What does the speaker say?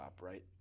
right